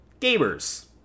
gamers